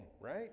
right